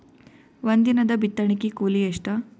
ಒಂದಿನದ ಬಿತ್ತಣಕಿ ಕೂಲಿ ಎಷ್ಟ?